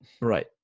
Right